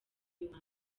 uwa